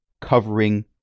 covering